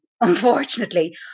unfortunately